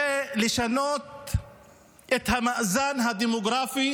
זה לשנות את המאזן הדמוגרפי